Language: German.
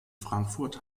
frankfurt